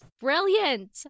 Brilliant